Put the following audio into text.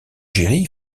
géry